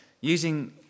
Using